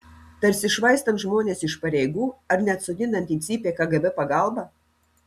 tarsi švaistant žmones iš pareigų ar net sodinant į cypę kgb pagalba